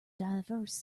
diverse